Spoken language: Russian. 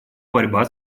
борьба